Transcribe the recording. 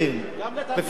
בפירוש.